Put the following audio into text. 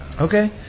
Okay